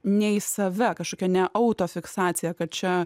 ne į save kažkokia ne autofiksacija kad čia